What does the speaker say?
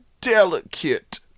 delicate